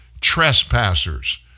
trespassers